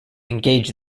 engage